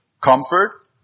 Comfort